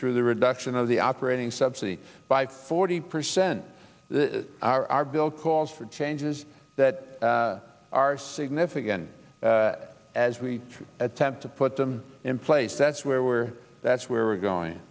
through the reduction of the operating subsidy by forty percent our our bill calls for changes that are significant as we attempt to put them in place that's where we are that's where we're going